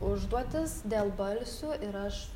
užduotis dėl balsių ir aš